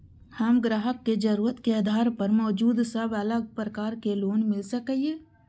हम ग्राहक के जरुरत के आधार पर मौजूद सब अलग प्रकार के लोन मिल सकये?